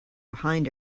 behind